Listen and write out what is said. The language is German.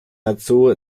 dazu